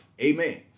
Amen